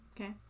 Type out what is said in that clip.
Okay